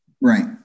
Right